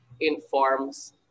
informs